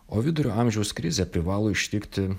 o vidurio amžiaus krizė privalo ištikti